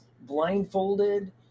blindfolded